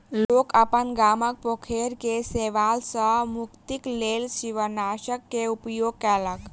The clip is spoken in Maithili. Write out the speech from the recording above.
लोक अपन गामक पोखैर के शैवाल सॅ मुक्तिक लेल शिवालनाशक के उपयोग केलक